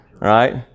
Right